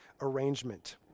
arrangement